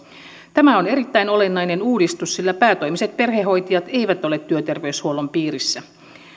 tämä on erittäin olennainen uudistus sillä päätoimiset perhehoitajat eivät ole työterveyshuollon piirissä